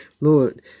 Lord